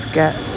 get